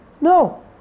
No